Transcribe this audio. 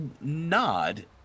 nod